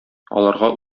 аларга